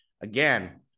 Again